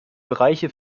bereiche